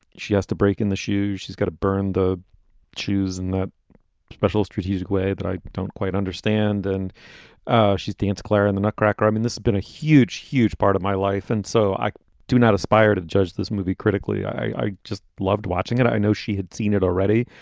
she has to break in the shoes. she's got to burn the shoes and the special strategic way. but i don't quite understand. and ah she's dance claire in the nutcracker. i mean, this has been a huge, huge part of my life. and so i do not aspire to judge this movie critically. i just loved watching it. i know she had seen it already,